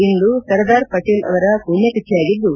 ಇಂದು ಸರ್ದಾರ್ ಪಟೇಲ್ ಅವರ ಪುಣ್ಣತಿಥಿಯಾಗಿದ್ದು